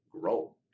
grow